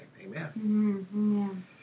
amen